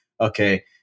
okay